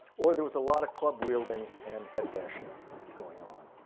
or there was a lot of club wielding and head bashing going on.